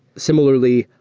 similarly,